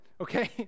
okay